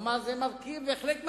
כלומר זה מרכיב בהחלט מתאים.